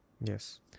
Yes